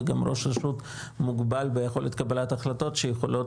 וגם ראש רשות מוגבל ביכולת קבלת החלטות שיכולות